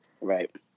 Right